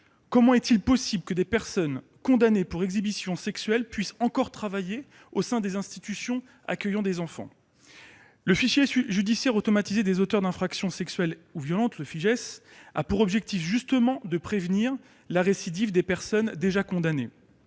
Comment est-il possible que des personnes condamnées pour exhibition sexuelle puissent encore travailler au sein d'institutions accueillant des enfants ? Le fichier judiciaire automatisé des auteurs d'infractions sexuelles ou violentes, le FIJAISV, a justement pour objectif de prévenir la récidive des personnes déjà condamnées.